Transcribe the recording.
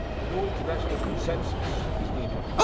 a new international consensus is needed.